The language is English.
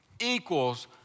equals